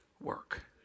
work